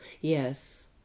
Yes